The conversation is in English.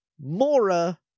Mora